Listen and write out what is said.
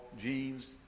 Jean's